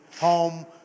home